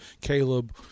Caleb